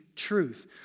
truth